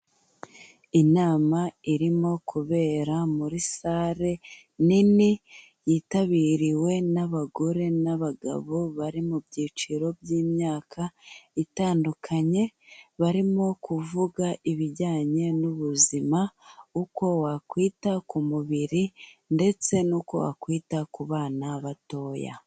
Inama irimo kubera muri sale nini yitabiriwe n'abagore n'abagabo bari mu byiciro by'imyaka itandukanye, barimo kuvuga ibijyanye n'ubuzima, uko wakwita ku mubiri ndetse nuko wakwita ku bana batoya.